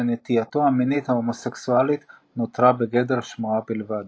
שנטייתו המינית ההומוסקסואלית נותרה בגדר שמועה בלבד.